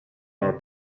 are